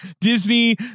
Disney